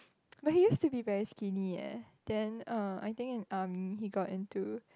but he used to be very skinny eh then uh I think in army he got into